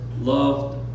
loved